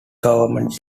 government